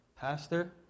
pastor